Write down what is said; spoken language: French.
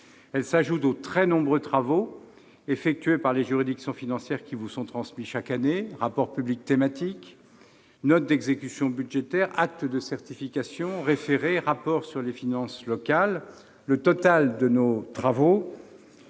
Elles s'ajoutent aux très nombreux travaux effectués par les juridictions financières qui vous sont transmis chaque année : rapports publics thématiques, notes d'exécution budgétaire, actes de certification, référés, rapport sur les finances locales ... Le total, pour